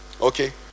okay